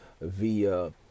via